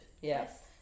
Yes